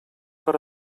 per